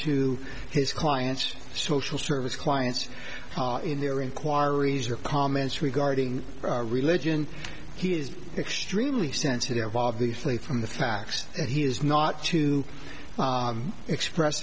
to his client's social service clients in their inquiries or comments regarding religion he is extremely sensitive obviously from the facts that he is not to express